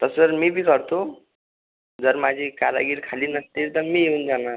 तसं मी बी जातो जर माझी कारागीर खाली नसतील तर मी येऊन जाणार